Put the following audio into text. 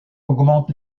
augmente